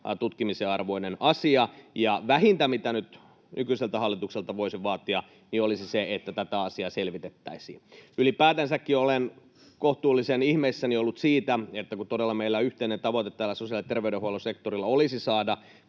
tutkimisen arvoinen asia. Vähintä, mitä nyt nykyiseltä hallitukselta voisi vaatia, olisi se, että tätä asiaa selvitettäisiin. Ylipäätään olen kohtuullisen ihmeissäni ollut siitä, että kun meillä yhteinen tavoite täällä sosiaali- ja terveydenhuollon sektorilla olisi saada